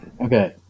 Okay